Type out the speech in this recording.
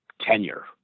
tenure